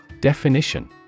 Definition